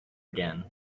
again